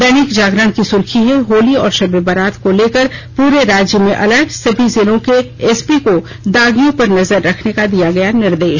दैनिक जागरण की सुर्खी है होली और शब ए बारात को लेकर पूरे राज्य में अलर्ट सभी जिलों के एसपी को दागियों पर नजर रखने का दिया गया निर्देश